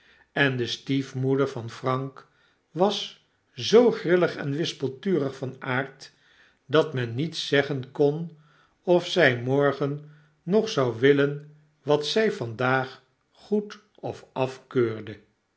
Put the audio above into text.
en de stief moeder van frank was zoo grillig en wispelturig van aard dat men niet zeggen konofzy morgen nog zou wilien wat zy vandaag goedof afkeurde